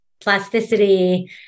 plasticity